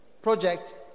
project